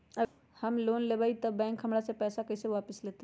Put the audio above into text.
हम लोन लेलेबाई तब बैंक हमरा से पैसा कइसे वापिस लेतई?